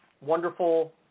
wonderful